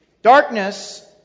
Darkness